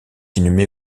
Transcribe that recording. inhumé